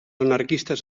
anarquistes